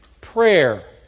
prayer